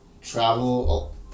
travel